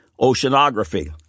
oceanography